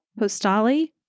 Postali